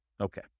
Okay